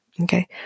Okay